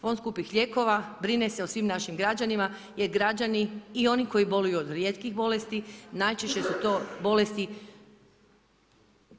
Fond skupih lijekova brine se o svim našim građanima, jer građani i oni koji boluju od rijetkih bolesti najčešće su to bolesti